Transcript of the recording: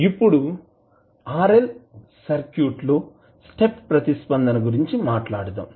ఇప్పుడు RL circuit లో step ప్రతిస్పందన గురించి మాట్లాడుదాం